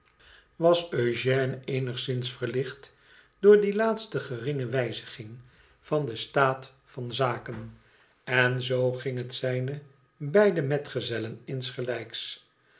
was eugène eenigzins verlicht door die laatste geringe wijziging van den staat van zaken en zoo ging het zijne beide metgezellen insgelijks